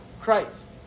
Christ